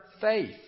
faith